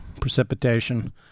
precipitation